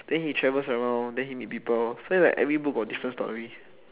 then he travels around then he meet people so like every book got different story